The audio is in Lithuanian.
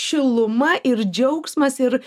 šiluma ir džiaugsmas ir